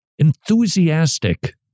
enthusiastic